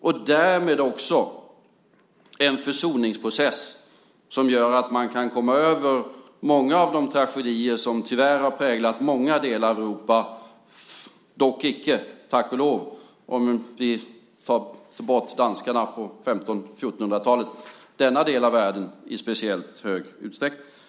Därmed är den också en försoningsprocess som innebär att man kan komma över många av de tragedier som tyvärr präglat stora delar av Europa - dock icke, om vi bortser från danskarna på 1400 och 1500-talet, denna del av världen i speciellt stor utsträckning, tack och lov.